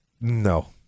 no